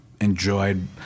enjoyed